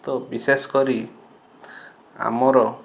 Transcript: ତ ବିଶେଷ କରି ଆମର